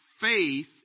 faith